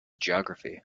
geography